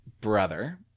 brother